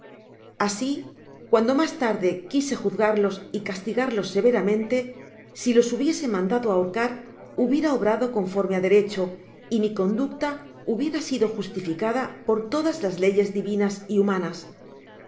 asi cuando mas tarde quise juzgarlos y castigarlos severamente si los hubiese mandado ahorcar hubiera obrado conforme á derecho y mi conducta hubiera sido justificada por todas las leyes divinas y humanas